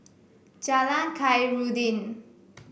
Jalan Khairuddin